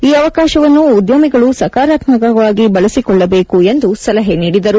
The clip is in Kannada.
ಈ ಅವಕಾಶವನ್ನು ಉದ್ಯಮಿಗಳು ಸಕಾರಾತ್ಮಕವಾಗಿ ಬಳಸಿಕೊಳ್ಳಬೇಕು ಎಂದು ಸಲಹೆ ನೀಡಿದರು